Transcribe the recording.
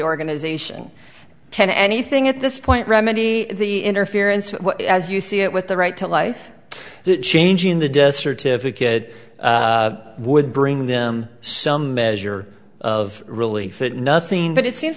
organization ten anything at this point remedy the interference as you see it with the right to life changing the death certificate would bring them some measure of relief it nothing but it seems